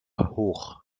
hoch